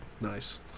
Nice